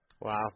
Wow